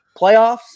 playoffs